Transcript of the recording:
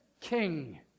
king